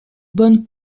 bonne